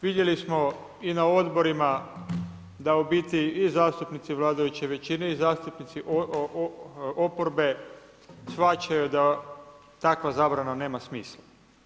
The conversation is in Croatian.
Vidjeli smo i na odborima da u biti i zastupnici vladajuće većine i zastupnici oporbe shvaćaju da takva zabrana nema smisla.